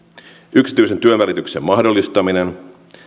yksityisen työnvälityksen mahdollistaminen